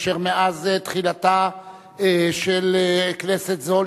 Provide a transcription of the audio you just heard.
אשר מאז התחילה כנסת זו,